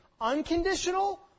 Unconditional